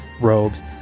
robes